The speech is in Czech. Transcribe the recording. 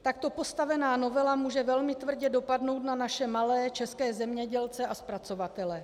Takto postavená novela může velmi tvrdě dopadnout na naše malé české zemědělce a zpracovatele.